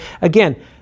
Again